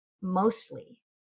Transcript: mostly